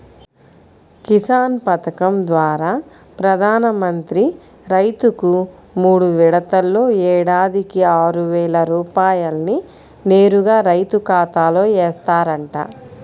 కిసాన్ పథకం ద్వారా ప్రధాన మంత్రి రైతుకు మూడు విడతల్లో ఏడాదికి ఆరువేల రూపాయల్ని నేరుగా రైతు ఖాతాలో ఏస్తారంట